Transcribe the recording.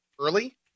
early